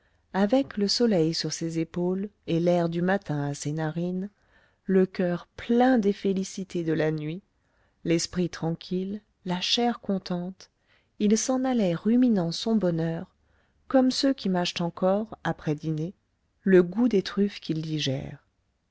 avec le soleil sur ses épaules et l'air du matin à ses narines le coeur plein des félicités de la nuit l'esprit tranquille la chair contente il s'en allait ruminant son bonheur comme ceux qui mâchent encore après dîner le goût des truffes qu'ils digèrent